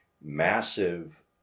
massive